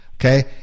Okay